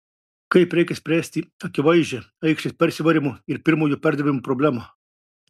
kaip reikia spręsti akivaizdžią aikštės persivarymo ir pirmojo perdavimo problemą